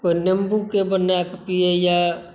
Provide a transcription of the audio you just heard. कोइ नेम्बूके बनाए कऽ पियैया